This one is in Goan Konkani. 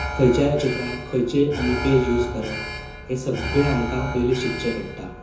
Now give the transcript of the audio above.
खंयच्या चित्राक आमी खंयची आमी पेज यूज करप हें सगळें आमकांं पयलीं शिकचें पडटा